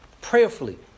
prayerfully